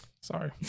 Sorry